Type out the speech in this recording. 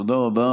תודה רבה.